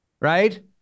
Right